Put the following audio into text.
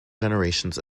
generations